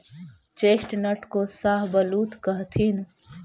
chestnut को शाहबलूत कहथीन